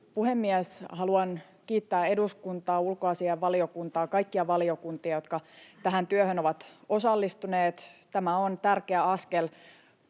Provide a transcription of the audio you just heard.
puhemies! Haluan kiittää eduskuntaa, ulkoasiainvaliokuntaa, kaikkia valiokuntia, jotka tähän työhön ovat osallistuneet. Tämä on tärkeä askel